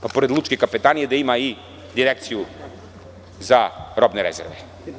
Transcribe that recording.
Pa pored Lučke kapetanije da ima i Direkciju za robne rezerve.